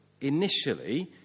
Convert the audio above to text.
initially